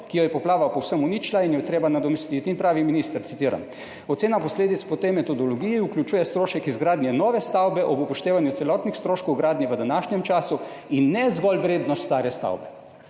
ki jo je poplava povsem uničila in jo je treba nadomestiti. In pravi minister, citiram: »Ocena posledic po tej metodologiji vključuje strošek izgradnje nove stavbe ob upoštevanju celotnih stroškov gradnje v današnjem času in ne zgolj vrednost stare stavbe.«